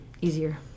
easier